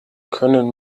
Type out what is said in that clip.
können